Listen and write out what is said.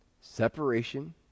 Separation